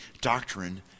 doctrine